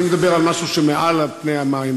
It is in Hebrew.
אני מדבר על משהו שמעל פני המים,